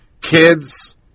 kids